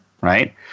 right